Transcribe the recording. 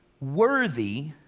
worthy